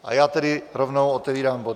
A já tedy rovnou otevírám bod